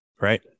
Right